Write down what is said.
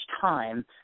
time